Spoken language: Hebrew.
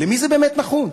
למי זה באמת נחוץ?